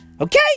Okay